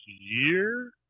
year